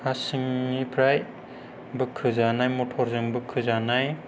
हा सिंनिफ्राय बोखोजानाय मटरजों बोखोजानाय